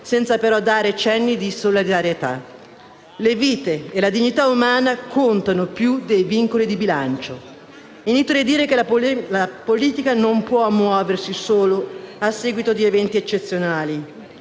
senza però dare cenni di solidarietà. Le vite e la dignità umana contano più dei vincoli di bilancio. Inutile dire che la politica non può muoversi solo a seguito di eventi eccezionali